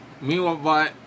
Meanwhile